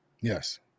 Yes